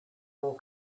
more